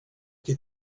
che